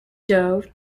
dove